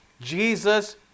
Jesus